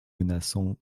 menaçant